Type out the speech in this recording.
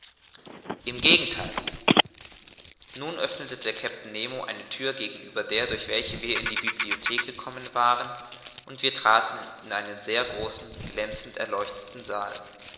im gegentheil nun öffnete der kapitän nemo eine thür gegenüber der durch welche wir in die bibliothek gekommen waren und wir traten in einen sehr großen glänzend erleuchteten saal